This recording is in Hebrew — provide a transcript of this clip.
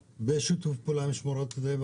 בשיתוף פעולה עם רשות שמורות הטבע,